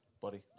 buddy